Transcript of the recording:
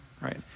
right